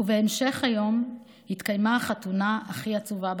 ובהמשך היום התקיימה החתונה הכי עצובה בקיבוץ.